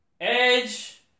Edge